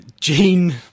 Gene